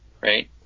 right